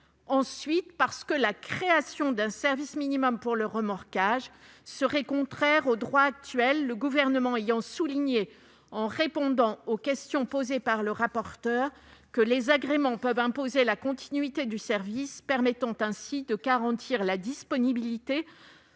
Ensuite, la création d'un service minimum pour le remorquage serait contraire au droit actuel, le Gouvernement ayant souligné dans sa réponse aux questions posées par le rapporteur que les agréments pouvaient imposer la continuité du service, permettant ainsi de garantir la disponibilité